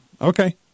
Okay